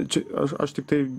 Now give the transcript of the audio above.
čia aš aš tiktai